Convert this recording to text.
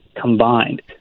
combined